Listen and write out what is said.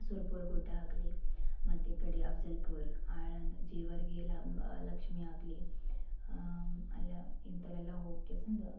ಸುರಪುರ ಗುಡ್ಡ ಆಗಲಿ ಮತ್ತು ಗಡಿಯಾ ಅಫ್ಜಲ್ಪುರ ಆಳ ಜೇವರ್ಗಿಯಲ್ಲಿ ಲಕ್ಷ್ಮೀ ಆಗಲಿ ಅಲ್ಲಿ ಇಂಥಲ್ಲೆಲ್ಲ ಹೋಗಿ ಕೆಸಿಂದ